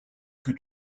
que